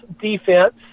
defense